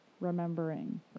remembering